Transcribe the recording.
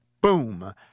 Boom